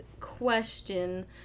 question